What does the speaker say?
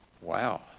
Wow